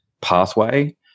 pathway